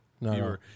No